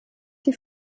die